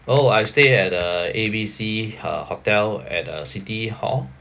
oh I stay at the A B C uh hotel at uh city hall